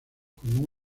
como